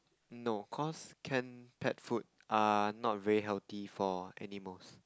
no cause can pet food are not very healthy for animals